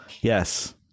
Yes